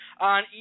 on